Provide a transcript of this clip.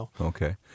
Okay